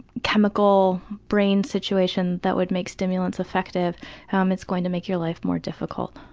chemical brain situation that would make stimulants effective um it's going to make your life more difficult.